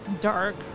dark